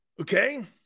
okay